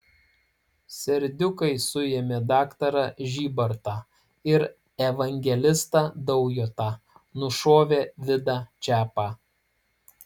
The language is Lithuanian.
serdiukai suėmė daktarą žybartą ir evangelistą daujotą nušovė vidą čepą